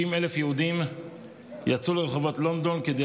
60,000 יהודים יצאו לרחובות לונדון כדי